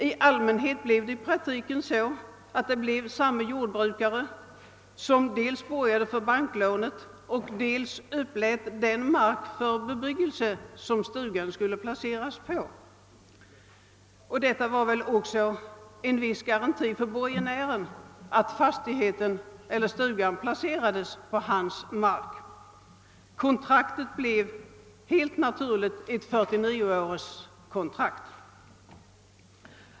I praktiken var det i allmänhet så att den jordbrukare som upplät mark för stugan också borgade för banklånet. Det var ju en viss garanti för borgensmannen att stugan placerades på hans mark. Kontraktet blev helt naturligt ett s.k. 49-årskontrakt.